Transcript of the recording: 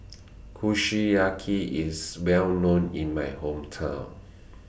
Kushiyaki IS Well known in My Hometown